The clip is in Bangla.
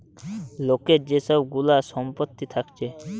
লোকের যে সব গুলা সম্পত্তি থাকছে